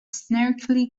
snarkily